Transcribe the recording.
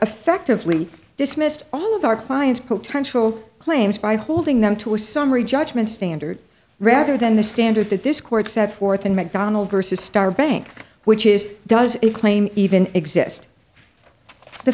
effectively dismissed all of our client's potential claims by holding them to a summary judgment standard rather than the standard that this court set forth in mcdonald vs star bank which is does a claim even exist the